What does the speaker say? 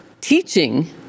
teaching